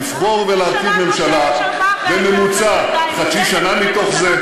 לבחור ולהרכיב ממשלה בממוצע חצי שנה מתוך זה,